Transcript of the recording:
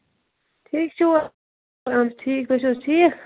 ٹھیٖک چھِوا اَہَن حظ ٹھیٖک تُہۍ چھِو حظ ٹھیٖک